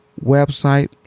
website